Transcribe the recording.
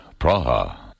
Praha